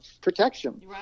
protection